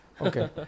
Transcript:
Okay